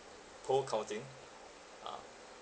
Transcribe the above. poll counting ah